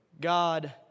God